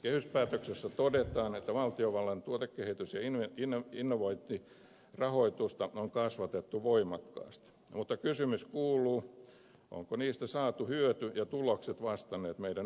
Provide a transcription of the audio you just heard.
kehyspäätöksessä todetaan että valtiovallan tuotekehitys ja innovointirahoitusta on kasvatettu voimakkaasti mutta kysymys kuuluu ovatko niistä saatu hyöty ja tulokset vastanneet meidän odotuksiamme